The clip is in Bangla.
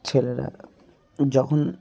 ছেলেরা যখন